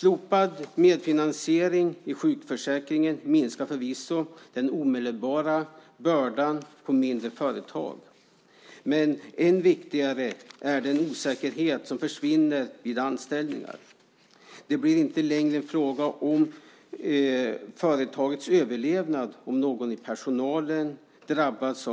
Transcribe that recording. Slopad medfinansiering i sjukförsäkringen minskar förvisso den omedelbara bördan på mindre företag. Men ännu viktigare är att osäkerheten försvinner vid anställningar. Det blir inte längre en fråga om företagets överlevnad om någon i personalen drabbas